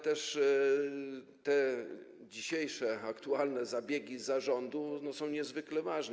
Też te dzisiejsze, aktualne zabiegi zarządu są niezwykle ważne.